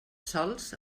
sols